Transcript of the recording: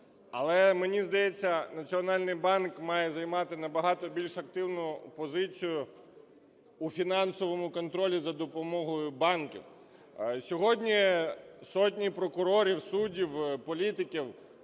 Але, мені здається, Національний банк має займати набагато більш активну позицію у фінансовому контролі за допомогою банків. Сьогодні сотні прокурорів, суддів, політиків